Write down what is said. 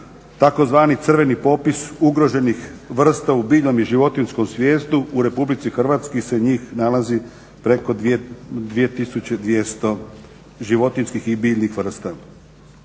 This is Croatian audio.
Tzv. crveni popis ugroženih vrsta u biljnom i životinjskom svijetu u Republici Hrvatskoj se njih nalazi preko 2200 životinjskih i biljnih vrsta.